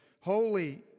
holy